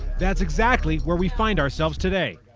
that's exactly where we find ourselves today.